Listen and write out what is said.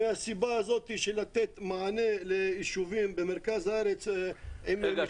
מהסיבה הזו של לתת מענה ליישובים במרכז הארץ עם --- רגע,